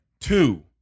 Two